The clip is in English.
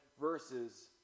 verses